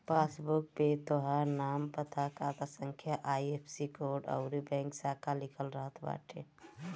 passbook पे तोहार नाम, पता, खाता संख्या, आई.एफ.एस.सी कोड अउरी बैंक शाखा लिखल रहत बाटे